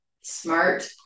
smart